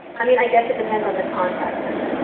i mean i guess it depends on the context.